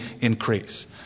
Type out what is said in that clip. increase